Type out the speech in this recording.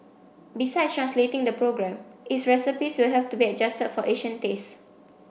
besides translating the program its recipes will have to be adjusted for Asian tastes